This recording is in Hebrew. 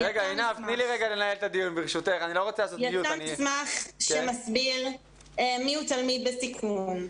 יצא מסמך שמסביר מיהו תלמיד בסיכון.